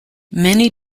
many